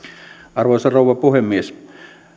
arvoisa rouva puhemies